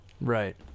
Right